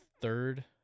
third